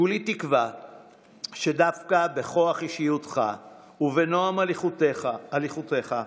כולי תקווה שדווקא בכוח אישיותך ובנועם הליכותיך,